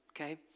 okay